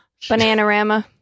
Bananarama